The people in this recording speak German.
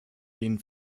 gehen